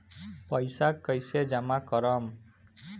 पैसा कईसे जामा करम?